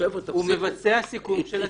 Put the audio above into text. הוא מבצע סיכום של התיק.